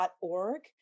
org